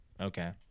Okay